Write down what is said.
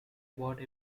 bought